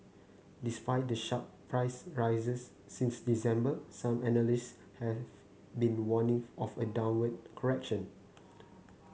despite the sharp price rises since December some analysts have been warning of a downward correction